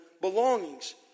belongings